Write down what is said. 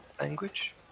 Language